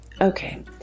okay